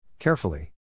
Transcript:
Carefully